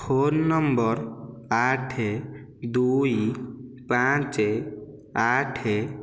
phone ନମ୍ବର ଆଠ ଦୁଇ ପାଞ୍ଚ ଆଠ